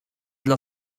dla